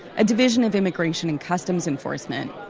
a division of immigration and customs enforcement.